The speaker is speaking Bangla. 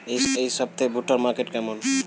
এই সপ্তাহে ভুট্টার মার্কেট কেমন?